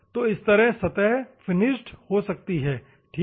तो इस तरह सतह फिनिश्ड हो जाती है ठीक है